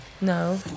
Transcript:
No